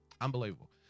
Unbelievable